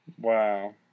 Wow